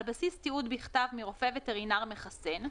על בסיס תיעוד בכתב מרופא וטרינר מחסן,